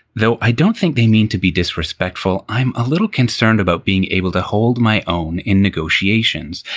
though i don't think they mean to be disrespectful. i'm a little concerned about being able to hold my own in negotiations.